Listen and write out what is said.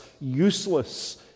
useless